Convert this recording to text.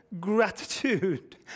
gratitude